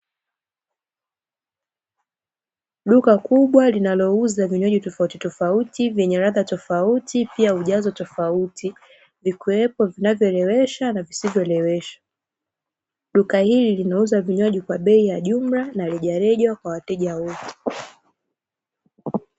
Duka kubwa linalouza vinywaji tofautitofauti vyenye ladha tofauti pia ujazo tofauti, vikiwepo vinavyolewesha na visivyo lewesha. Duka hili linauza vinywaji kwa bei ya jumla na rejareja kwa wateja wote.